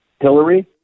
hillary